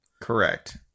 Correct